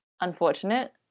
unfortunate